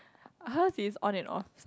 hers is on and off